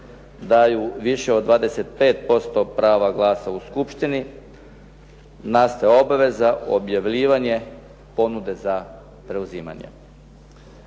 daju više od 25% prava glasa u Skupštini nastaje obveza objavljivanje ponude za preuzimanje.